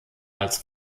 als